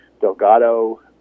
Delgado